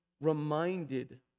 reminded